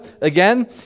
again